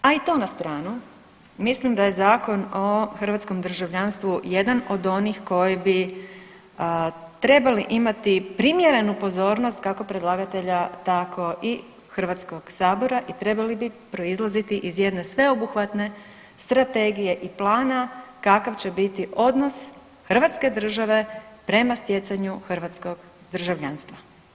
A i to na stranu, mislim da je Zakon o hrvatskom državljanstvu jedan od onih koji bi trebali imati primjerenu pozornost kako predlagatelja tako i HS i trebali bi proizlaziti iz jedne sveobuhvatne strategije i plana kakav će biti odnos hrvatske države prema stjecanju hrvatskog državljanstva.